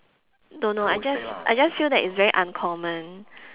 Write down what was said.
don't know I just I just feel that it's very uncommon